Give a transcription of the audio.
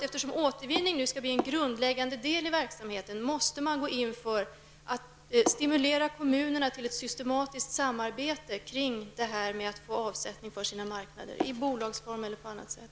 Eftersom återvinning nu skall bli en grundläggande del i verksamheten, måste man stimulera kommunerna till ett systematiskt samarbete kring detta med att få avsättning för sina återvinningsprodukter i bolagsform eller på annat sätt.